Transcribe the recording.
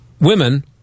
women